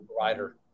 provider